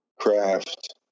craft